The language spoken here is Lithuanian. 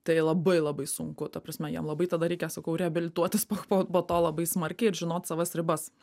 tai labai labai sunku ta prasme jiem labai tada reikia sakau reabilituotis po po to labai smarkiai ir žinot savas ribas